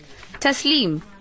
Taslim